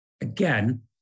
again